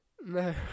no